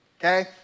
okay